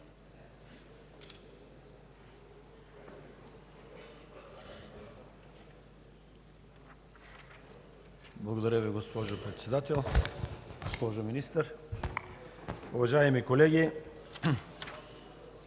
Благодаря, госпожо Председател. Госпожо Министър, уважаеми колеги!